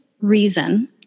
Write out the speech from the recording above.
reason